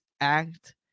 act